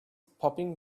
popping